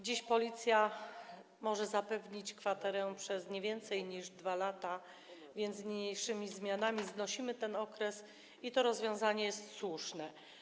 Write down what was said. Dziś Policja może zapewnić kwaterę przez nie więcej niż 2 lata, więc niniejszymi zmianami znosimy ten okres, i to rozwiązanie jest słuszne.